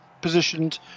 positioned